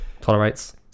tolerates